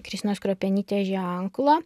kristinos kruopienytės ženklą